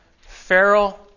feral